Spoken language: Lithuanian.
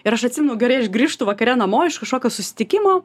ir aš atsimenu gerai aš grįžtu vakare namo iš kažkokio susitikimo